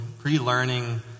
pre-learning